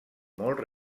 molt